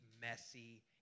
messy